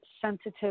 Sensitive